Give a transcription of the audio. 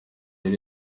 yari